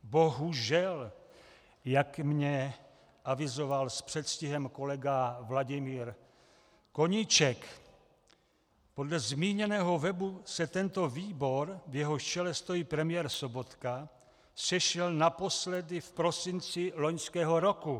Bohužel, jak mně avizoval s předstihem kolega Vladimír Koníček, podle zmíněného webu se tento výbor, v jehož čele stojí premiér Sobotka, sešel naposledy v prosinci loňského roku.